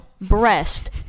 breast